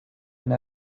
when